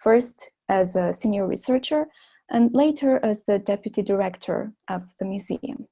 first, as a senior researcher and later as the deputy director of the museum